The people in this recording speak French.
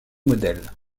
modèle